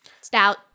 stout